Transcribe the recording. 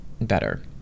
better